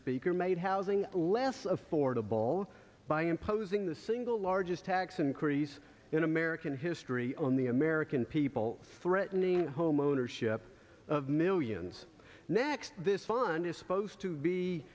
speaker made housing less affordable by imposing the single largest tax increase in american history on the american people threatening home ownership of millions next this fun is supposed to be